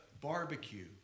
barbecue